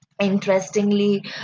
interestingly